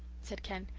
said ken,